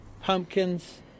pumpkins